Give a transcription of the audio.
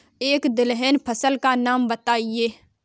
एक दलहन फसल का नाम बताइये